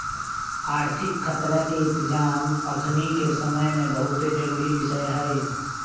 आर्थिक खतरा के इतजाम अखनीके समय में बहुते जरूरी विषय हइ